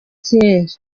kera